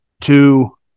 two